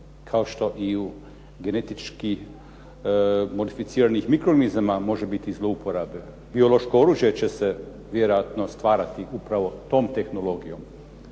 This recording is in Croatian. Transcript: kao što i u genetički modificiranih …/Govornik se ne razumije./… može biti zlouporabe. Biološko oružje će se vjerojatno stvarati upravo tom tehnologijom.